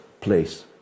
place